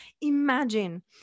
imagine